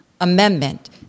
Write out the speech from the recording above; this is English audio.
amendment